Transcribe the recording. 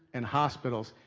and hospitals,